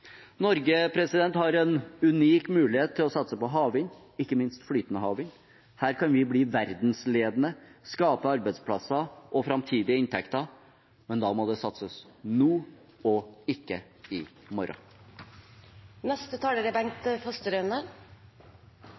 har en unik mulighet til å satse på havvind, ikke minst flytende havvind. Her kan vi bli verdensledende, skape arbeidsplasser og framtidige inntekter, men da må det satses nå, ikke i